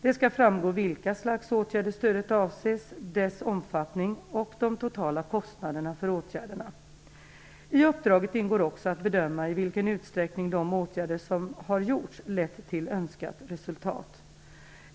Det skall framgå vilka slags åtgärder stödet avsett, dess omfattning och de totala kostnaderna för åtgärderna. I uppdraget ingår också att bedöma i vilken utsträckning de åtgärder som har vidtagits lett till önskat resultat.